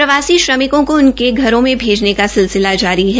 प्रवासी श्रमिकों को उनके घरों में भेजने का सिलसिला जारी है